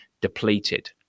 depleted